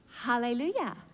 Hallelujah